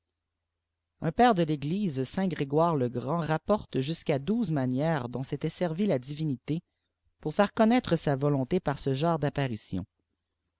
un père de l'eglise saint grégoirele grand rapporte jusqu'à douze manières dont s'était servie la divinité pour faire connaître sa volonté par ce genre d'apparitions